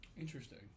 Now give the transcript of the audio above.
Interesting